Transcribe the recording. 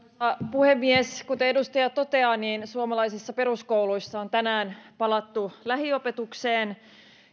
puhemies kuten edustaja toteaa suomalaisissa peruskouluissa on tänään palattu lähiopetukseen